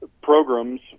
programs